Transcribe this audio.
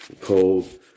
cold